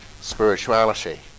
Spirituality